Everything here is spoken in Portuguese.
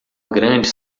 grande